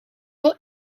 wel